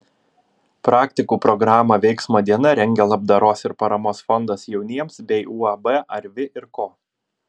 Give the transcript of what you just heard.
praktikų programą veiksmo diena rengia labdaros ir paramos fondas jauniems bei uab arvi ir ko